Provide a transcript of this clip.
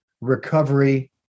recovery